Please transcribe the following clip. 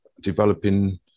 developing